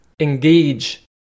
engage